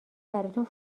براتون